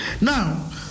Now